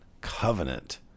covenant